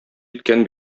иткән